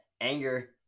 anger